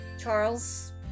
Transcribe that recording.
Charles